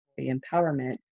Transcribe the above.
empowerment